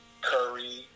Curry